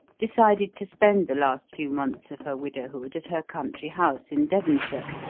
decided to spend the last few months of her widowhood at her country house in devonshire,